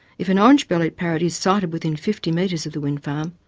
if an orange-bellied parrot is sighted within fifty metres of the wind farm,